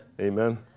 Amen